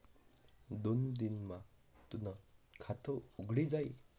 दोन दिन मा तूनं खातं उघडी जाई